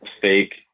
fake